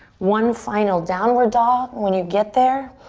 one final downward dog. when you get there,